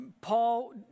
Paul